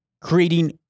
creating